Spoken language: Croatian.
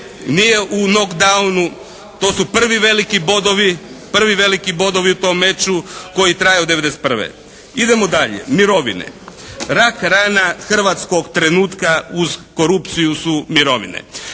veliki bodovi, prvi veliki bodovi u tom meču koji traju od 1991. Idemo dalje, mirovine. Rak rana hrvatskog trenutka uz korupciju su mirovine.